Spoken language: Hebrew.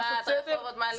על אפרת, רחובות, מעלה אדומים.